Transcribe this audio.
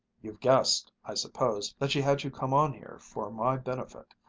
you've guessed, i suppose, that she had you come on here for my benefit.